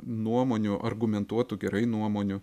nuomonių argumentuotų gerai nuomonių